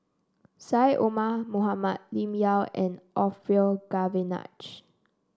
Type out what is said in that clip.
Syed Omar Mohamed Lim Yau and Orfeur Cavenagh